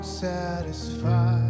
Satisfied